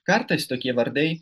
kartais tokie vardai